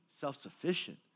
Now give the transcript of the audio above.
self-sufficient